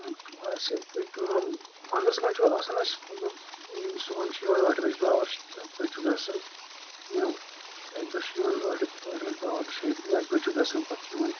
اسہِ گٔے کٲم وَنٛدَس منٛز چُھ آسَان اَسہِ مَطلَب صُبحن چُھ یِوان ٲٹھِ بَجہِ پاوَر اَکہِ بَجہ چُھ گَژَھان یا اکہِ دۄہ چُھ یِوَان ٲٹھِ ٲٹھِ بَجہِ پاوَر شیے اکہِ بَجہِ چُھ گَژَھان